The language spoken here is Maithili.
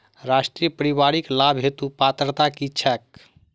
राष्ट्रीय परिवारिक लाभ हेतु पात्रता की छैक